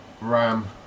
RAM